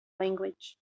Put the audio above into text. language